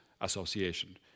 Association